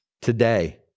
today